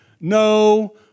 no